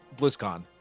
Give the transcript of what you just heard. BlizzCon